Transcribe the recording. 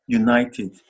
united